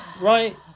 right